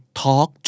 talk